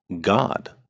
God